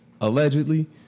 Allegedly